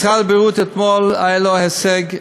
משרד הבריאות, אתמול היה לו הישג,